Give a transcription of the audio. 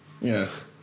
yes